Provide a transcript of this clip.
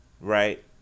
Right